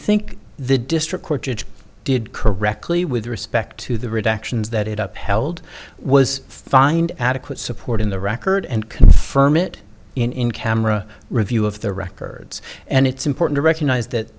think the district court judge did correctly with respect to the redactions that it up held was find adequate support in the record and confirm it in camera review of the records and it's important to recognize that